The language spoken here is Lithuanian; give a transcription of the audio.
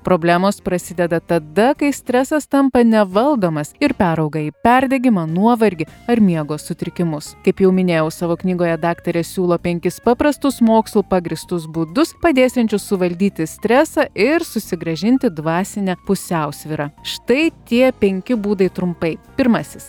problemos prasideda tada kai stresas tampa nevaldomas ir perauga į perdegimą nuovargį ar miego sutrikimus kaip jau minėjau savo knygoje daktarė siūlo penkis paprastus mokslu pagrįstus būdus padėsiančius suvaldyti stresą ir susigrąžinti dvasinę pusiausvyrą štai tie penki būdai trumpai pirmasis